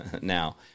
now